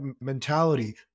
mentality